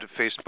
Facebook